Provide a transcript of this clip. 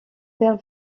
père